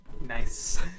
Nice